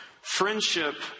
Friendship